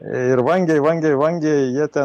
ir vangiai vangiai vangiai jie ten